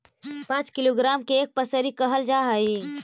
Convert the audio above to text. पांच किलोग्राम के एक पसेरी कहल जा हई